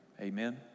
Amen